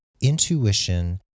intuition